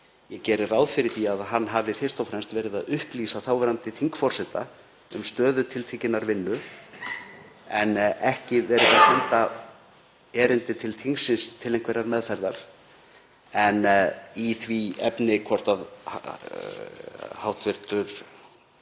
Ég geri ráð fyrir því að hann hafi fyrst og fremst verið að upplýsa þáverandi þingforseta um stöðu tiltekinnar vinnu en ekki verið að senda erindi til þingsins til einhverrar meðferðar. En í því efni hvort settur